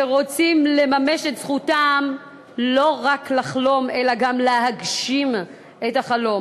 שרוצים לממש את זכותם לא רק לחלום אלא גם להגשים את החלום.